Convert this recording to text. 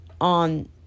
on